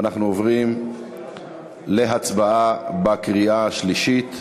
ואנחנו עוברים להצבעה בקריאה השלישית.